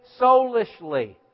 soulishly